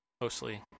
mostly